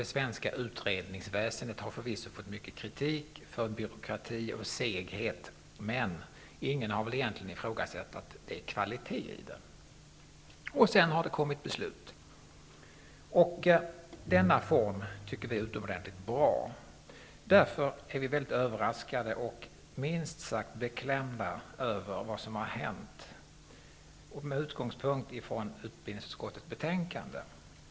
Det svenska utredningsväsendet har förvisso fått mycken kritik för byråkrati och seghet. Ingen har väl dock ifrågasatt att det har inneburit kvalitet, och man har kunnat fatta beslut med utgångspunkt i gjorda utredningar. Denna arbetsform tycker vi är utomordentligt bra. Vi är därför mycket överraskade och minst sagt beklämda över vad som har hänt med utgångspunkt i utbildningsutskottets betänkande.